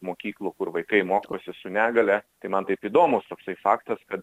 mokyklų kur vaikai mokosi su negalia tai man taip įdomus toksai faktas kad